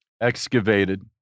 excavated